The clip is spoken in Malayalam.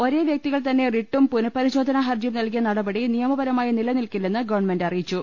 ഒരേ വ്യക്തികൾ തന്നെ റിട്ടും പുനപരി ശോധനാ ഹർജിയും നൽകിയ നടപടി നിയമപരമായി നിലനിൽക്കില്ലെന്ന് ഗവൺമെന്റ് അറിയിച്ചു